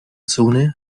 zone